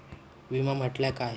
विमा म्हटल्या काय?